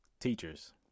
teachers